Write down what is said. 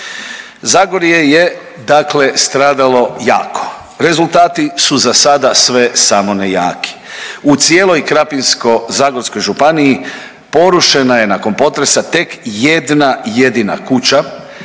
Zagorje je dakle stradalo jako. Rezultati su za sada sve samo ne jaki. U cijeloj Krapinsko-zagorskoj županiji porušena je nakon potresa tek jedna jedina kuća.